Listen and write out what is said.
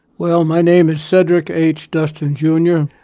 well, my name is cedrick h. duston, jr.